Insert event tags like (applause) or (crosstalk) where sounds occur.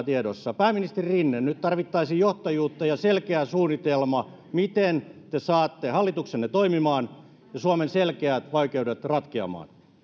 (unintelligible) tiedossa pääministeri rinne nyt tarvittaisiin johtajuutta ja selkeä suunnitelma miten te saatte hallituksenne toimimaan ja suomen selkeät vaikeudet ratkeamaan